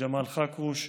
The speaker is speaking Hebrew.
ג'מאל חכרוש.